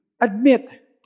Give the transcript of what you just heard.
Admit